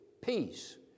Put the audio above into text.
peace